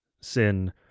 sin